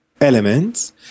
elements